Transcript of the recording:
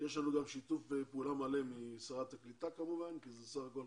יש לנו גם שיתוף פעולה מלא עם שרת הקליטה כי בסך הכול